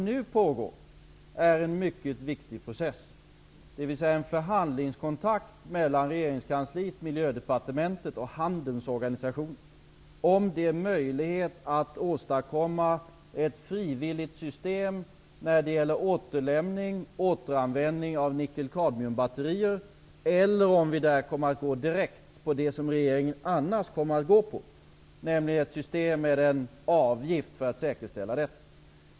Nu pågår en mycket viktig process, dvs. en förhandlingskontakt mellan regeringskansliet, Miljödepartementet och handelns organisation om huruvida det är möjligt att åstadkomma ett frivilligt system när det gäller återlämning och återanvänding av nickel-kadmiumbatterier eller om vi skall gå direkt på det som regeringen annars kommer att gå på, nämligen ett system med en avgift för att säkerställa detta.